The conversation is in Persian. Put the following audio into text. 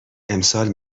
امسال